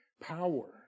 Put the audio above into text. power